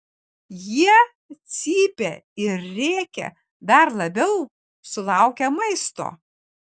jie cypia ir rėkia dar labiau sulaukę maisto